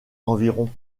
environ